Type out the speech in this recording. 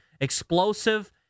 explosive